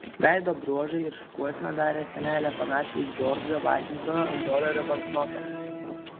veido bruožai ir šukuosena darė senelę panašią į džordžą vašingtoną ant dolerio banknoto